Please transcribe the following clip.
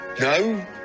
No